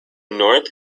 north